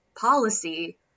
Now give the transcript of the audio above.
policy